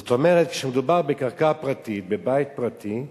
זאת אומרת, כשמדובר בקרקע פרטית, בבית פרטי,